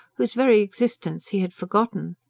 whose very existence he had forgotten.